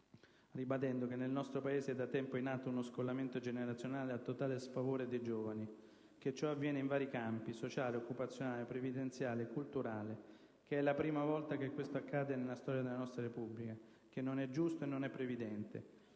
ribadendo che nel nostro Paese è da tempo in atto uno scollamento generazionale a totale sfavore dei giovani e ciò avviene in vari campi (sociale, occupazionale, previdenziale e culturale); è la prima volta che accade nella storia della nostra Repubblica e non è giusto, né previdente;